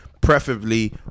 preferably